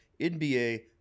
NBA